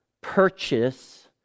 purchase